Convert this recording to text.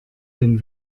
den